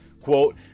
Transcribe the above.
Quote